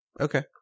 Okay